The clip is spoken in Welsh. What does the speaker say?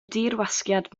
dirwasgiad